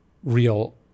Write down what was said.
real